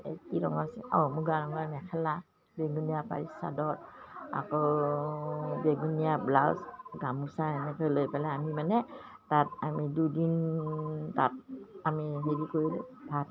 এই কি ৰঙা অঁ মুগা মুগা মেখেলা বেঙুনীয়া পাৰি চাদৰ আকৌ বেঙুনীয়া ব্লাউজ গামোচা এনেকৈ লৈ পেলাই আমি মানে তাত আমি দুদিন তাত আমি হেৰি কৰি ভাত